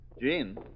Jean